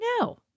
No